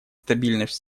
стабильность